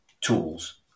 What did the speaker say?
tools